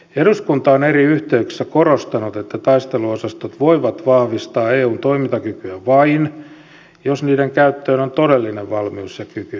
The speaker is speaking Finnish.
eduskunta on eri yhteyksissä korostanut että taisteluosastot voivat vahvistaa eun toimintakykyä vain jos niiden käyttöön on todellinen valmius ja kyky